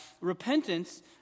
repentance